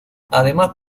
además